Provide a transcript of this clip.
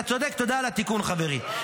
אתה צודק, תודה על התיקון, חברי.